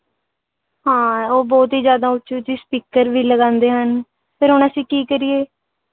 ਹਾਂ ਉਹ ਬਹੁਤ ਹੀ ਜ਼ਿਆਦਾ ਉੱਚੀ ਉੱਚੀ ਸਪੀਕਰ ਵੀ ਲਗਾਉਂਦੇ ਹਨ ਫੇਰ ਹੁਣ ਅਸੀਂ ਕੀ ਕਰੀਏ